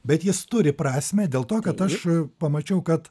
bet jis turi prasmę dėl to kad aš pamačiau kad